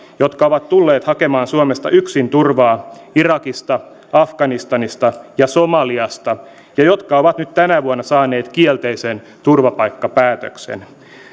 jotka ovat tulleet hakemaan suomesta yksin turvaa irakista afganistanista ja somaliasta ja jotka ovat nyt tänä vuonna saaneet kielteisen turvapaikkapäätöksen